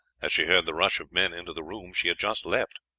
as she heard the rush of men into the room she had just left.